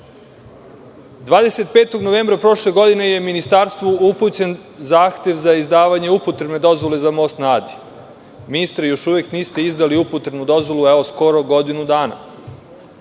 25. novembra je Ministarstvu upućen zahtev za izdavanje upotrebne dozvole za Most na Adi. Ministre, još uvek niste izdali upotrebnu dozvolu, skoro godinu dana.